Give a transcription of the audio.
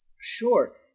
sure